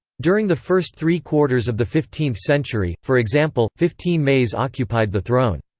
during the first three-quarters of the fifteenth century, for example, fifteen mais occupied the throne.